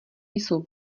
jsou